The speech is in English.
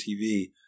TV